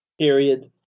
period